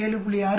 6 6